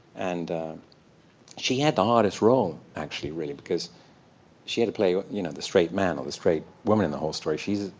and she had the hardest role, actually, really. because she had to play you know the straight man, or the straight woman, in the whole story. she's,